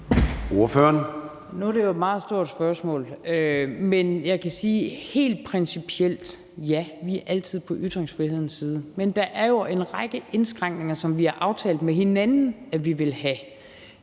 Nu er det jo et meget stort spørgsmål, men jeg kan sige helt principielt: Ja, vi er altid på ytringsfrihedens side. Men der er jo en række indskrænkninger, som vi har aftalt med hinanden at vi vil have,